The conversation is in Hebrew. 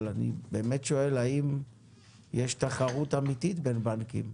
אבל אני באמת שואל האם יש תחרות אמיתית בין בנקים.